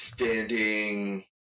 Standing